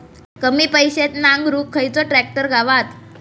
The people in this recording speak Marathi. कमी पैशात नांगरुक खयचो ट्रॅक्टर गावात?